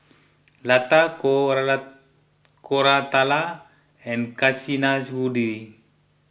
Lata Koratala and Kasinadhuni